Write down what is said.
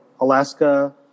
Alaska